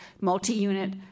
multi-unit